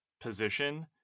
position